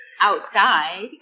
outside